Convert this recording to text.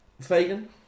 Fagan